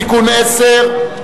תיקון מס' 10,